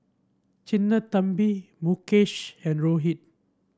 Sinnathamby Mukesh and Rohit